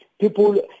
people